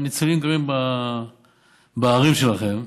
על הניצולים גרים בערים שלכם.